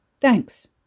Thanks